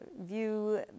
view